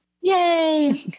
Yay